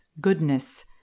Goodness